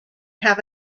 have